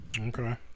Okay